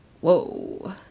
Whoa